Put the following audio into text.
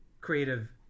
creative